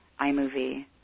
iMovie